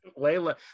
layla